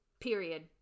Period